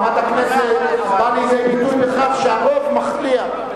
מעמד הכנסת בא לידי ביטוי בכך שהרוב מכריע.